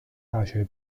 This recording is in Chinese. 大学